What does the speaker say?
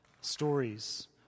stories